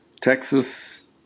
Texas